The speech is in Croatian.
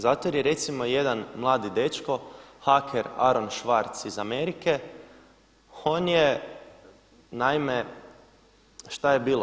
Zato jer je recimo jedan mladi dečko haker Aaron Swartz iz Amerike, on je naime šta je bilo.